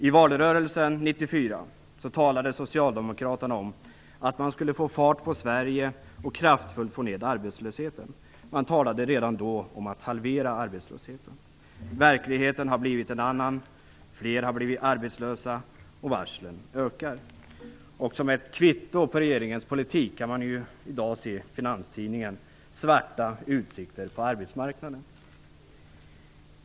I valrörelsen 1994 talade Socialdemokraterna om att man skulle få fart på Sverige och kraftfullt få ned arbetslösheten. Man talade redan då om att halvera arbetslösheten. Verkligheten har blivit en annan. Fler har blivit arbetslösa, och varslen ökar. Som ett kvitto på regeringens politik kan man i dag se i Finanstidningen: Svarta utsikter på arbetsmarknaden.